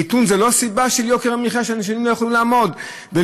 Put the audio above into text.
מיתון זה לא סיבה של יוקר מחיה שאנשים לא יכולים לעמוד בו?